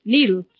Needle